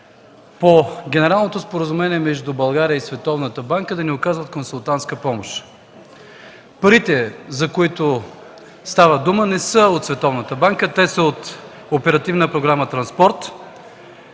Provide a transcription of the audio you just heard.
по Генералното споразумение между България и Световната банка да ни оказва консултантска помощ. Парите, за които става дума, не са от Световната банка, те са от оперативна програма „Транспорт”.